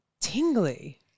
tingly